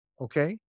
Okay